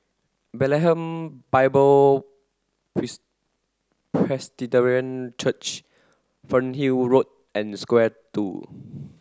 Bethlehem Bible Presbyterian Church Fernhill Road and Square Two